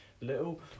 little